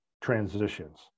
transitions